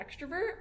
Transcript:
extrovert